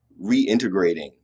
reintegrating